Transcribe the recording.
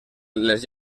les